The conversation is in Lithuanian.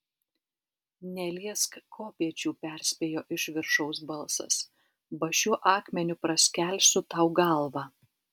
neliesk kopėčių perspėjo iš viršaus balsas ba šiuo akmeniu praskelsiu tau galvą